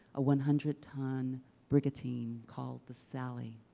a one hundred ton brigantine called the sally.